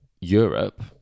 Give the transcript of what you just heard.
Europe